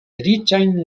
riĉajn